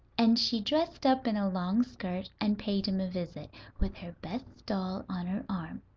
and she dressed up in a long skirt and paid him a visit, with her best doll on her arm.